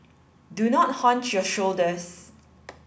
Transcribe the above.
do not hunch your shoulders